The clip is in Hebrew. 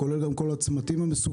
כולל גם כל הצמתים המסוכנים,